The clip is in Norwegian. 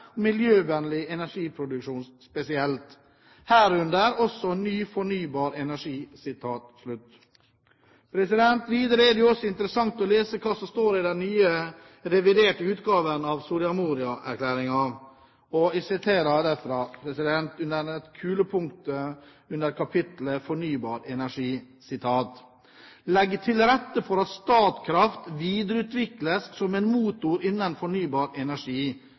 miljøvennlig energiproduksjon spesielt, herunder også ny fornybar energiproduksjon.» Videre er det også interessant å lese hva som står i den nye, reviderte utgaven av Soria Moria-erklæringen. Jeg siterer derfra, under kulepunktet i kapitlet om fornybar energi. Regjeringen vil «legge til rette for at Statkraft videreutvikles som en motor innenfor fornybar energi».